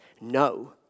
no